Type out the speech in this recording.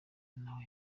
ntaho